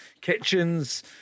kitchens